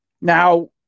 now